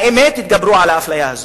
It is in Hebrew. האמת, יתגברו על האפליה הזאת.